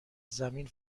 زمین